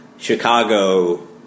Chicago